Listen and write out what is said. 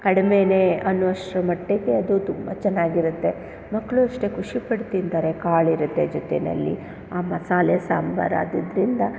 ಕಡಿಮೇನೇ ಅನ್ನುವಷ್ಟ್ರ ಮಟ್ಟಿಗೆ ಅದು ತುಂಬ ಚೆನ್ನಾಗಿರುತ್ತೆ ಮಕ್ಕಳು ಅಷ್ಟೇ ಖುಷಿಪಟ್ಟು ತಿಂತಾರೆ ಕಾಳಿರುತ್ತೆ ಜೊತೆನಲ್ಲಿ ಆ ಮಸಾಲೆ ಸಾಂಬಾರಾದದರಿಂದ